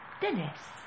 Dennis